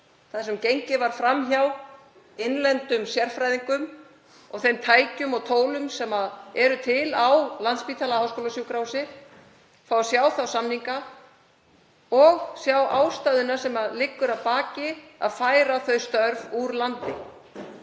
þar sem gengið var fram hjá innlendum sérfræðingum og þeim tækjum og tólum sem eru til á Landspítala – háskólasjúkrahúsi, og fá að sjá ástæðuna sem liggur að baki því að færa þau störf úr landi.